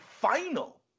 final